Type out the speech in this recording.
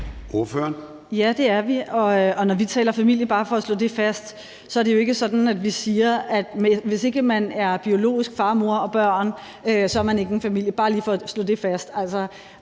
Ja, det er vi. Og når vi taler familie, bare for at slå det fast, er det jo ikke sådan, at vi siger, at hvis ikke man biologisk er far, mor og børn, er man ikke en familie. Det er bare lige for at slå det fast.